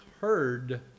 heard